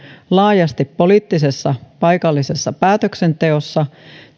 laajasti poliittisessa paikallisessa päätöksenteossa